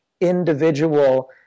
individual